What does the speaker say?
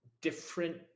different